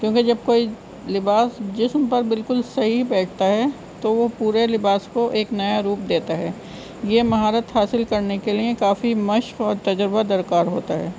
کیونکہ جب کوئی لباس جسم پر بالکل صحیح بیٹھتا ہے تو وہ پورے لباس کو ایک نیا روپ دیتا ہے یہ مہارت حاصل کرنے کے لیے کافی مشق اور تجربہ درکار ہوتا ہے